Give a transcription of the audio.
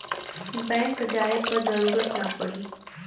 bank जाये क जरूरत ना पड़ी